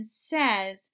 says